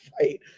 fight